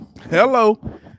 Hello